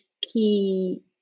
key